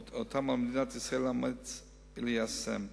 ואותם על מדינת ישראל לאמץ וליישם.